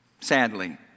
sadly